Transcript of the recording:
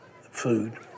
food